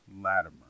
Latimer